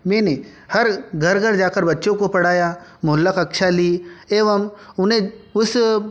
मैंने हर घर घर जाकर बच्चों को पढ़ाया मोहल्ला कक्षा ली एवम उन्हें उस